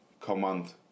command